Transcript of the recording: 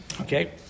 Okay